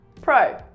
Pro